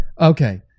Okay